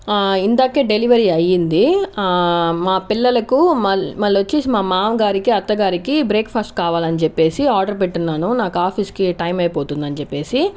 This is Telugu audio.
ఇందాకే డెలివరీ అయ్యింది మా పిల్లలకు మ మళ్ళొచ్చేసి మా మామగారికి అత్తగారికి బ్రేక్ ఫాస్ట్ కావాలని చెప్పేసి ఆర్డర్ పెట్టున్నాను నాకు ఆఫీస్కి టైం అయిపోతుంది అని చెప్పేసి